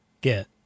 get